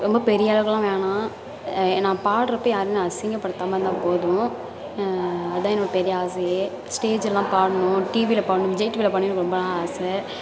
ரொம்ப பெரிய அளவுக்கெலாம் வேணாம் நான் பாடுறப்ப யாருனா அசிங்கப்படுத்தாமல் இருந்தால் போதும் அதுதான் என்னோடய பெரிய ஆசையே ஸ்டேஜ் எல்லாம் பாடணும் டிவியில் பாடணும் விஜய் டிவியில் பாடணும் எனக்கு நாளாக ஆசை